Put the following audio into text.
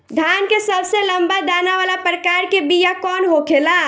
धान के सबसे लंबा दाना वाला प्रकार के बीया कौन होखेला?